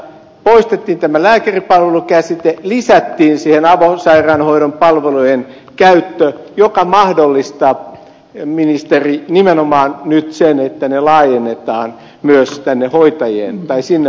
poistettiin tämä lääkäripalvelu käsite lisättiin siihen avosairaanhoidon palvelujen käyttö mikä mahdollistaa ministeri nimenomaan nyt sen että ne laajennetaan myös sinne hoitajien puolelle